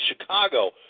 Chicago